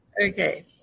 Okay